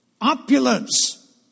opulence